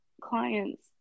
clients